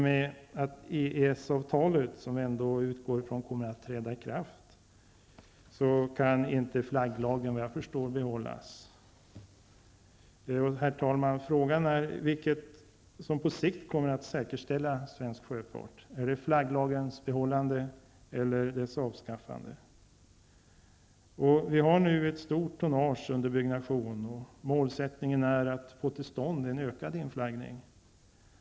EES-avtalet -- vi utgår ändå från att det kommer att träda i kraft -- gör att flagglagen enligt vad jag förstår inte kan behållas. Herr talman! Frågan är vilket som på sikt kommer att säkerställa svensk sjöfart -- är det flagglagens behållande eller dess avskaffande? Vi har nu ett stort tonnage under byggnation, och målsättningen är att få till stånd en ökad inflaggning.